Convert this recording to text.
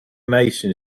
mason